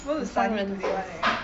supposed to study today [one] leh